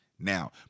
now